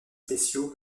spéciaux